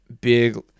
big